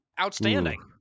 Outstanding